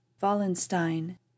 wallenstein